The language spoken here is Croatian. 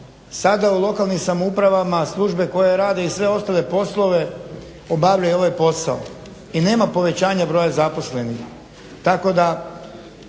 sada u lokalnim samoupravama službe koje rade i sve ostale poslove obavljaju ovaj posao i nema povećanja broj zaposlenih.